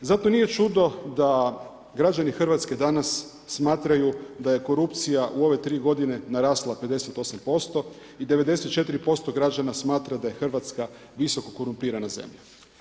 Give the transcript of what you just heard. Zato nije čudo da građani Hrvatske danas smatraju da je korupcija u ove tri godine narasla 58% i 94% građana smatra da je Hrvatska visoko korumpirana zemlja.